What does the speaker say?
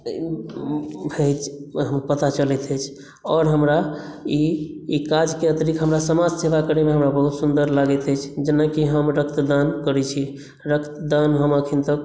पता चलैत अछि आओर हमरा ई काजक अतिरिक्त समाजसेवा करयमे बहूत सुन्दर लागैत अछि जेनाकि हम रक्तदान करै छी रक्तदान हम अखन तक